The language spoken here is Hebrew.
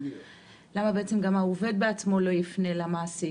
למה העובד עצמו לא יפנה למעסיק?